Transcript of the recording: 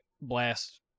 blast